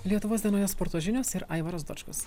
lietuvos dienoje sporto žinios ir aivaras dočkus